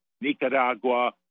Nicaragua